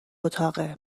اتاقه